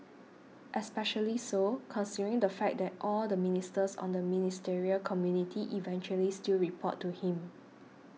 especially so considering the fact that all the ministers on the ministerial committee eventually still report to him